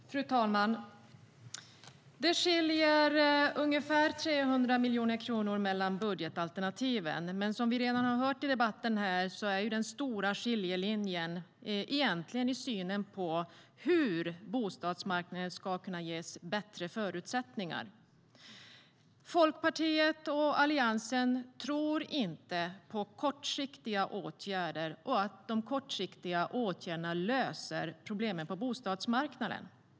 Fru talman! Det skiljer ungefär 300 miljoner kronor mellan budgetalternativen, men som vi redan har hört i debatten går den stora skiljelinjen egentligen i synen på hur bostadsmarknaden ska kunna ges bättre förutsättningar. Folkpartiet och Alliansen tror inte på att kortsiktiga åtgärder löser problemen på bostadsmarknaden.